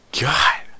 God